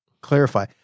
clarify